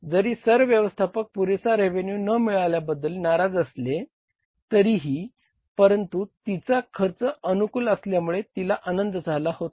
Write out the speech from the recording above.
जरी सरव्यवस्थापक नाहीत